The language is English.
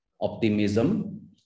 Optimism